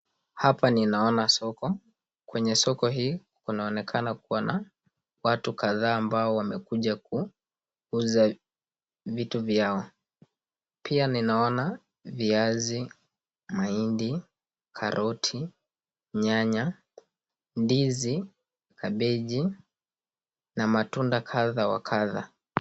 Hapa ninaona soko, kwenye soko hii kunaonekana kuwa na watu kadhaa ambao wamekuja kuuza vitu vyao. Pia ninaona viazi, mahindi, karoti, nyanya, ndizi, kabeji na matunda kadha wa kadha.